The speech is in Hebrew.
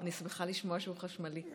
אני שמחה לשמוע שהוא חשמלי.